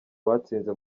batsinze